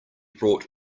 bought